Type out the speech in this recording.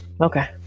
Okay